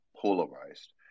polarized